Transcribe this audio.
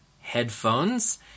headphones